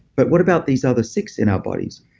but what about these other six in our bodies?